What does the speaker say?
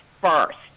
first